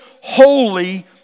holy